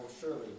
surely